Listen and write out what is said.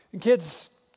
Kids